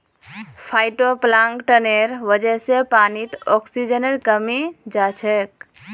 फाइटोप्लांकटनेर वजह से पानीत ऑक्सीजनेर कमी हैं जाछेक